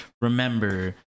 Remember